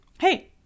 hey